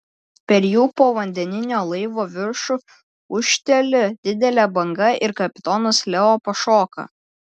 per jų povandeninio laivo viršų ūžteli didelė banga ir kapitonas leo pašoka